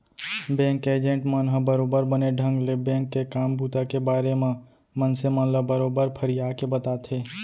bank के agent मन ह बरोबर बने ढंग ले बेंक के काम बूता के बारे म मनसे मन ल बरोबर फरियाके बताथे